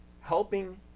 helping